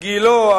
גילה,